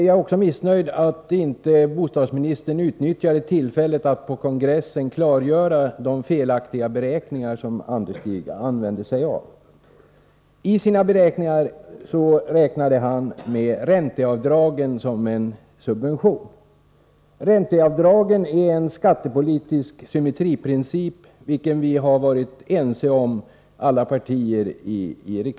Jag är också missnöjd med att inte bostadsministern utnyttjade tillfället att på Hyresgästernas riksförbunds kongress klargöra att det var felaktiga beräkningar som Anderstig använde sig av. I sina beräkningar tog Anderstig upp ränteavdragen som en subvention. Ränteavdragen är en del av en skattepolitisk symmetriprincip, vilken alla partier i riksdagen har varit ense om.